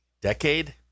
decade